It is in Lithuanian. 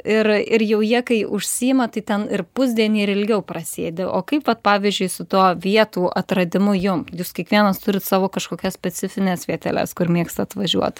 ir ir jau jie kai užsiima tai ten ir pusdienį ir ilgiau prasėdi o kaip vat pavyzdžiui su tuo vietų atradimu jum jūs kiekvienas turit savo kažkokias specifines vieteles kur mėgstat važiuot